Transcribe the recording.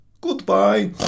Goodbye